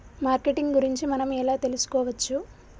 Marketing గురించి మనం ఎలా తెలుసుకోవచ్చు?